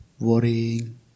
worrying